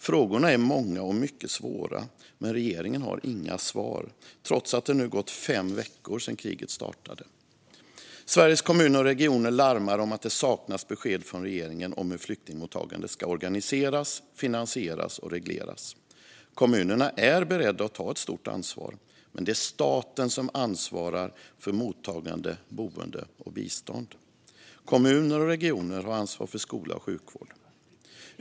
Frågorna är många och mycket svåra, men regeringen har inga svar trots att det nu gått fem veckor sedan kriget startade. Sveriges Kommuner och Regioner larmar om att det saknas besked från regeringen om hur flyktingmottagandet ska organiseras, finansieras och regleras. Kommunerna är beredda att ta ett stort ansvar, men det är staten som ansvarar för mottagande, boende och bistånd. Kommuner och regioner har ansvar för skola och sjukvård.